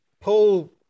paul